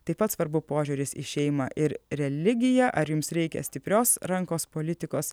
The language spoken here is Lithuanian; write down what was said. taip pat svarbu požiūris į šeimą ir religiją ar jums reikia stiprios rankos politikos